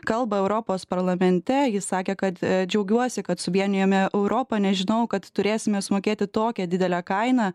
kalbą europos parlamente jis sakė kad džiaugiuosi kad suvienijome europą nežinojau kad turėsime sumokėti tokią didelę kainą